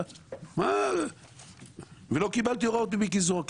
ולא קיבלתי הוראות ממיקי זוהר.